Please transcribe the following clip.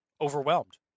overwhelmed